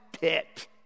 Pit